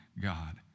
God